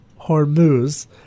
Hormuz